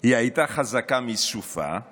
היא הייתה חזקה מסופה /